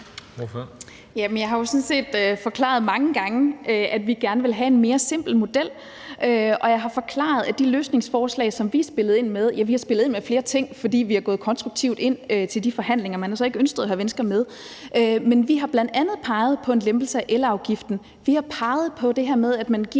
Bjerre (V): Jeg har jo sådan set forklaret mange gange, at vi gerne vil have en mere simpel model, og jeg har forklaret de løsningsforslag, som vi har spillet ind med. Ja, vi har spillet ind med flere ting, fordi vi er gået konstruktivt ind til de forhandlinger, men man har så ikke ønsket at have Venstre med. Men vi har bl.a. peget på en lempelse af elafgiften. Vi har peget på det her med, at man giver